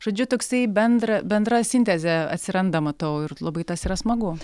žodžiu toksai bendra bendra sintezė atsiranda matau ir labai tas yra smagu